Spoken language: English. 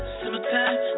summertime